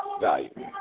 value